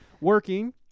working